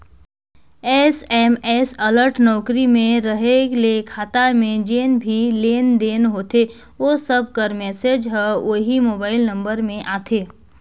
SMS alert नउकरी में रहें ले खाता में जेन भी लेन देन होथे ओ सब कर मैसेज हर ओही मोबाइल नंबर में आथे